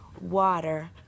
water